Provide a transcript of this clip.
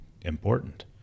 important